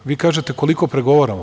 Vi kažete – koliko pregovaramo?